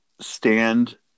stand